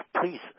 please